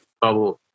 bubble